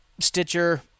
Stitcher